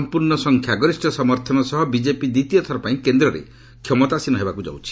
ସମ୍ପର୍ଭ ସଂଖ୍ୟା ଗରିଷ୍ଠ ସମର୍ଥନ ସହ ବିଜେପି ଦ୍ୱିତୀୟ ଥର ପାଇଁ କେନ୍ଦ୍ରରେ କ୍ଷମତାସୀନ ହେବାକୁ ଯାଇଛି